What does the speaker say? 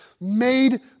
made